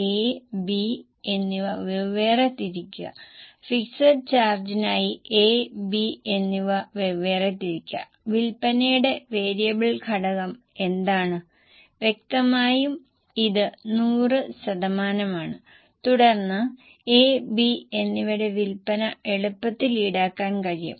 അതിനാൽ RM cost 494 പോലെയുള്ള അസംസ്കൃത ഡാറ്റ നൽകിയിരിക്കുന്നത് 2014 ലെ ഡാറ്റയാണ് പ്രവർത്തനച്ചെലവുകൾ വേരിയബിളായും സ്ഥിരമായും വിഭജിക്കേണ്ടതുണ്ടെന്ന് നിങ്ങൾ ഓർക്കുന്നുവെന്ന് ഞാൻ കരുതുന്നു